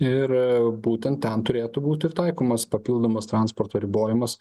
ir būtent ten turėtų būti ir taikomas papildomas transporto ribojimas